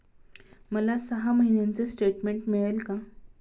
मला सहा महिन्यांचे स्टेटमेंट मिळेल का?